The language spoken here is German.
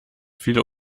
viele